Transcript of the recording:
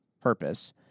purpose